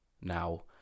now